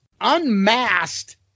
Unmasked